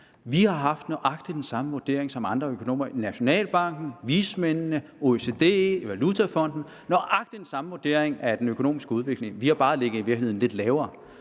vi har haft nøjagtig den samme vurdering som andre økonomer – økonomerne i Nationalbanken, blandt vismændene, i OECD, i Valutafonden – vi har haft nøjagtig den samme vurdering af den økonomiske udvikling. Vi har i virkeligheden bare ligget lidt lavere.